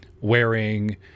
wearing